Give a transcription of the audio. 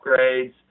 upgrades